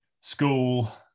school